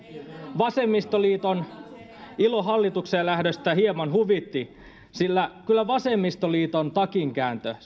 vasemmistoliiton ilo hallitukseen lähdöstä hieman huvitti sillä vasemmistoliiton takinkääntö